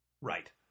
Right